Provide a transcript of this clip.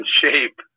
shape